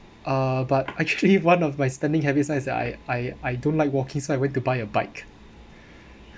uh but actually one of my spending habits that is like I I I don't like walking so I went to buy a bike